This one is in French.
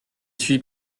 suis